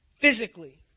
physically